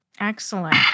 Excellent